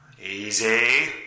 Easy